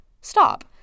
Stop